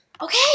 Okay